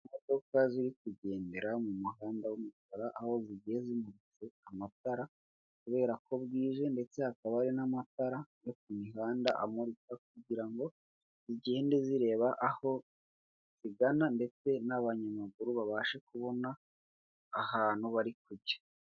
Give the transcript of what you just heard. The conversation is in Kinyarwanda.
Imodoka ziri kugendera mu muhanda w'umukara aho zigeze zimutse amatara kubera ko bwije ndetse hakaba ari n'amatara yo ku mihanda amurika kugira ngo zigende zireba aho zigana ndetse n'abanyamaguru babashe kubona ahantu bari kujya.